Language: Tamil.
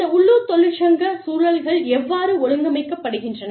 இந்த உள்ளூர் தொழிற்சங்க சூழல்கள் எவ்வாறு ஒழுங்கமைக்கப்படுகின்றன